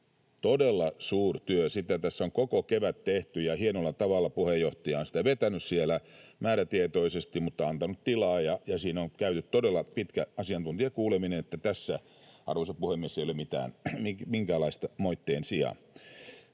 todella suurtyö. Sitä tässä on koko kevät tehty, ja hienolla tavalla puheenjohtaja on sitä vetänyt siellä määrätietoisesti, mutta antanut tilaa, ja siinä on käyty todella pitkä asiantuntijakuuleminen, niin että tässä, arvoisa puhemies, ei ole minkäänlaista moitteen sijaa.